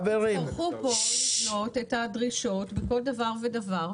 יצטרכו לבנות כאן את הדרישות בכל דבר ודבר.